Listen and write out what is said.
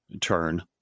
turn